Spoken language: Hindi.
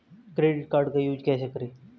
क्रेडिट कार्ड का यूज कैसे करें?